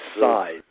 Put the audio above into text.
size